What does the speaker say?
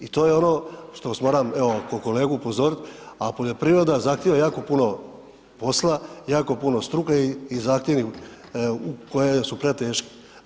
I to je ono što vas moram ko kolegu upozoriti, a poljoprivreda zahtjeva jako puno posla, jako puno struke i zahtjevi koje su preteški.